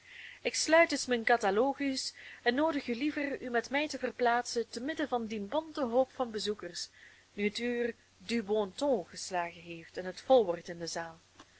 ik sluit dus mijn catalogus en noodig u liever u met mij te verplaatsen te midden van dien bonten hoop van bezoekers nu het uur du bon ton geslagen heeft en het vol wordt in de zaal